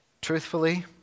Truthfully